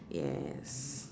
yes